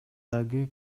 дагы